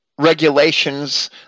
regulations